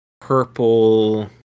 Purple